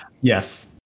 Yes